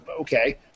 okay